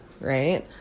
right